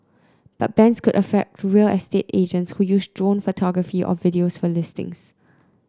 but bans could affect real estate agents who use drone photography or videos for listings